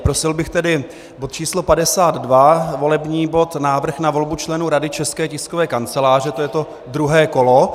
Prosil bych tedy bod číslo 52, volební bod, Návrh na volbu členů Rady České tiskové kanceláře, to je to druhé kolo.